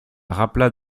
rappela